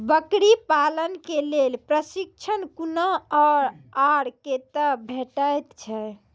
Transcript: बकरी पालन के लेल प्रशिक्षण कूना आर कते भेटैत छै?